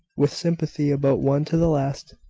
with sympathy about one to the last,